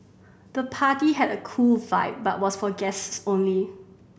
the party had a cool vibe but was for guests only